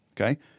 Okay